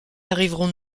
arriverons